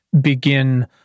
begin